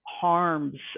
harms